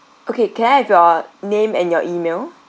okay can I have your name and your email